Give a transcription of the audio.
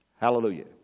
Hallelujah